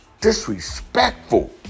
Disrespectful